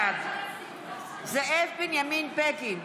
בעד זאב בנימין בגין,